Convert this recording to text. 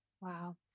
Wow